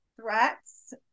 threats